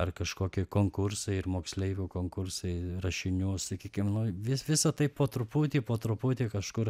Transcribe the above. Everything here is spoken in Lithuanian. ar kažkokie konkursai ir moksleivių konkursai rašinių sakykim nu vi visa tai po truputį po truputį kažkur